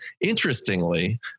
interestingly